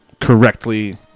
correctly